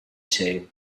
too